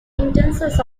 instances